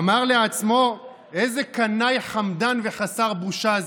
אמר לעצמו: איזה קנאי חמדן וחסר בושה זה.